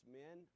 men